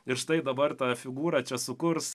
ir štai dabar ta figūra čia sukurs